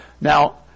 Now